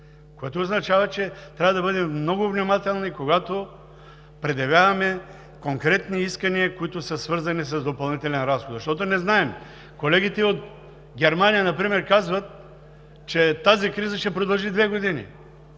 което означава, че трябва да бъдем много внимателни, когато предявяваме конкретни искания, които са свързани с допълнителен разход, защото не знаем – колегите от Германия например казват, че тази криза ще продължи две години.